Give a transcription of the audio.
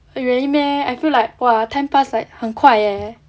really meh I feel like !wah! time passed like 很快 eh